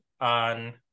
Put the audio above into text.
on